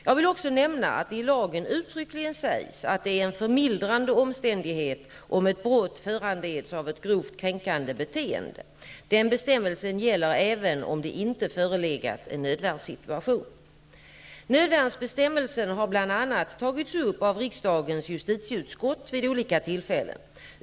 Jag vill också nämna att det i lagen uttryckligen sägs att det är en förmildrande omständighet om ett brott föranleds av ett grovt kränkande beteende. Den bestämmelsen gäller även om det inte förelegat en nödvärnssituation. Nödvärnsbestämmelsen har bl.a. tagits upp av riksdagens justitieutskott vid olika tillfällen.